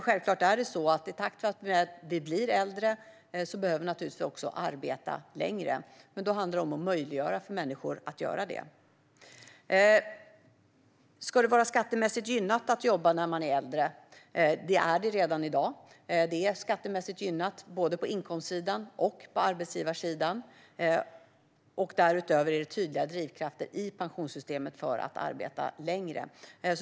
Självklart är det så att i takt med att vi blir äldre behöver vi också arbeta längre. Men då handlar det om att möjliggöra för människor att göra det. Ska det vara skattemässigt gynnat att jobba när man är äldre? Det är det redan i dag. Det är skattemässigt gynnat både på inkomstsidan och på arbetsgivarsidan. Därutöver finns det tydliga drivkrafter i pensionssystemet för att arbeta längre.